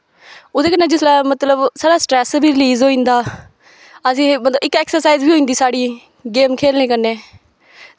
ओह्दे कन्नै जिसलै मतलव साढ़ा स्टरैस्स बी रलीज़ होई जंदा अदे इक अक्सर्साइज बी होई जंदी साढ़ी गेम खेलने कन्नै